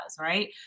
right